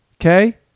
okay